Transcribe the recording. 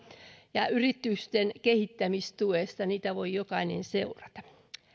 ja yritysten kehittämistuesta niitä voi jokainen seurata